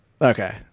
Okay